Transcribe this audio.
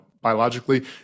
biologically